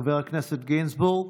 חבר הכנסת גינזבורג,